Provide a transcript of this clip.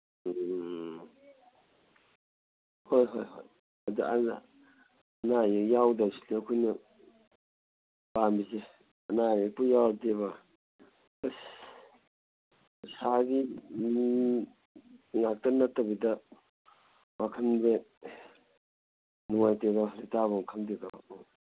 ꯎꯝ ꯍꯣꯏ ꯍꯣꯏ ꯍꯣꯏ ꯑꯗ ꯑꯅꯥ ꯑꯌꯦꯛ ꯌꯥꯎꯗꯕꯁꯤꯗ ꯑꯩꯈꯣꯏꯅ ꯄꯥꯝꯃꯤꯁꯦ ꯑꯅꯥ ꯑꯌꯦꯛꯄꯨ ꯌꯥꯎꯔꯗꯤꯕ ꯑꯁ ꯄꯩꯁꯥꯒꯤ ꯉꯥꯛꯇ ꯅꯠꯇꯕꯤꯗ ꯋꯥꯈꯟꯁꯦ ꯅꯨꯡꯉꯥꯏꯇꯦꯕ ꯂꯩꯇꯥꯐꯝ ꯈꯪꯗꯦꯕ